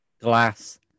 glass